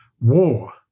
war